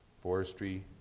Forestry